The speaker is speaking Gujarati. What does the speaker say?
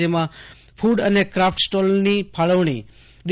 જેમાં ફૂડ અને ક્રાફટ સ્ટો લની ફાળવણી ડી